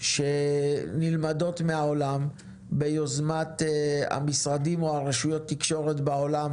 שנלמדות מהעולם ביוזמת המשרדים או רשויות תקשורת בעולם